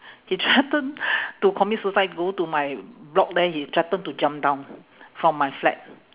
he threaten to commit suicide go to my block there he threatened to jump down from my flat